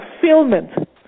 fulfillment